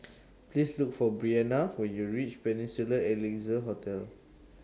Please Look For Bryana when YOU REACH Peninsula Excelsior Hotel